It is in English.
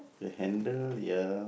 the handle ya